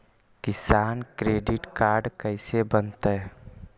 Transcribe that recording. किसान credit card कैसे बनतै?